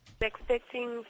Expecting